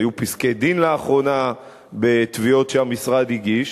והיו פסקי-דין לאחרונה בתביעות שהמשרד הגיש.